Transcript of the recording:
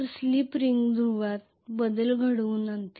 slip ring ध्रुवीकरण बदलत जाईल